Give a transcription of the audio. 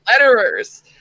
letterers